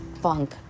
funk